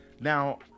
Now